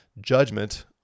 judgment